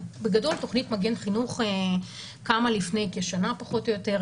תוכנית מגן חינוך קמה לפני כשנה פחות או יותר.